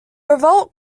revolt